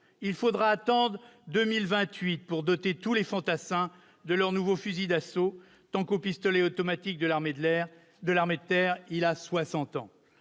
il faudra attendre 2028 pour doter tous les fantassins de leur nouveau fusil d'assaut ; quant au pistolet automatique de l'armée de terre, il a soixante